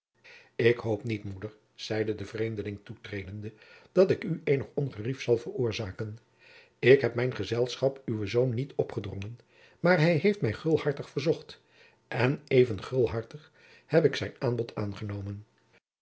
ik hoop niet moeder zeide de vreemdeling toetredende dat ik u eenig ongerijf zal veroorzaken ik heb mijn gezelschap uwen zoon niet opgedrongen maar hij heeft mij gulhartig verzocht en even gulhartig heb ik zijn aanbod aangenomen